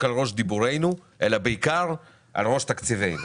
על ראש דיבורינו אלא בעיקר על ראש תקציבנו.